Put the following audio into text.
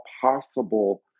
possible